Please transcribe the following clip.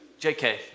JK